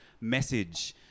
message